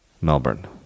Melbourne